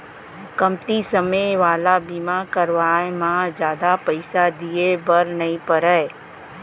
कमती समे वाला बीमा करवाय म जादा पइसा दिए बर नइ परय